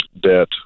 debt